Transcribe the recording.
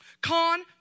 Con